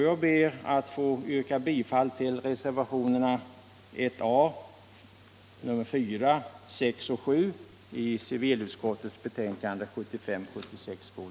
Jag ber att få yrka bifall till reservationerna 1a, 4, 6 och 7.